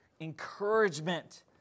encouragement